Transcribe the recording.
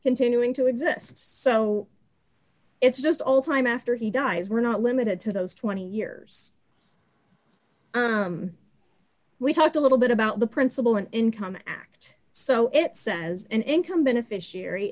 continuing to exist so it's just all time after he dies we're not limited to those twenty years we talked a little bit about the principle and income act so it says an income beneficiary